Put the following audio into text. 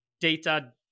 data